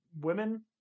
women